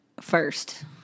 first